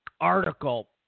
article